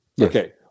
okay